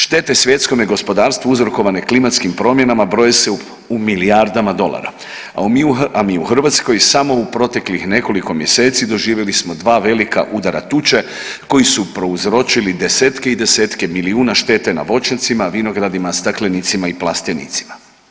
Štete svjetskome gospodarstvu uzrokovane klimatskim promjenama broje se u milijardama dolara, a mi u Hrvatskoj samo u proteklih nekoliko mjeseci doživjeli smo 2 velika udara tuče koji su prouzročili desetke i desetke milijuna štete na voćnjacima, vinogradima, staklenicima i plastenicima.